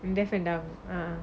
in deaf and dumb